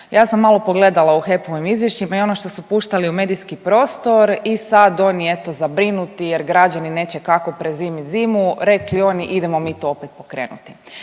Ja sam malo pogledala u HEP-ovim izvješćima i ono što su puštali u medijski prostor i sada oni eto zabrinuti jer građani neće kako prezimiti zimu, rekli oni idemo mi to opet pokrenuti.